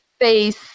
face